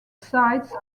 sites